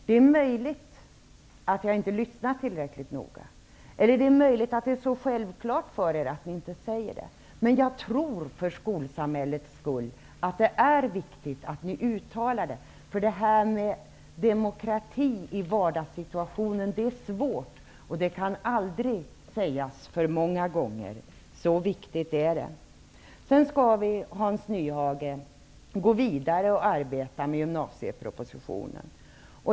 Det är möjligt att jag inte har lyssnat tillräckligt noga eller att det är så självklart för er att ni inte säger det. Jag tror att det är viktigt för skolsamhällets skull att ni uttalar det. Demokrati i vardagssituationer är svårt. Det kan aldrig sägas för många gånger. Så viktigt är det. Sedan skall vi, Hans Nyhage, gå vidare och arbeta med gymnasiepropositionen.